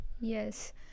Yes